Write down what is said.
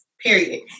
period